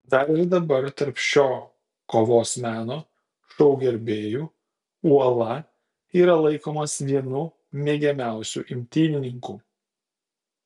dar ir dabar tarp šio kovos meno šou gerbėjų uola yra laikomas vienu mėgiamiausiu imtynininku